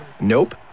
Nope